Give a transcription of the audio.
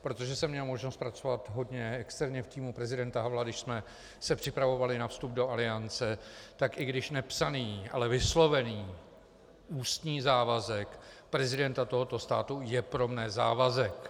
Protože jsem měl možnost pracovat hodně externě v týmu prezidenta Havla, když jsme se připravovali na vstup do Aliance, tak i když nepsaný, ale vyslovený ústní závazek prezidenta tohoto státu je pro mne závazek.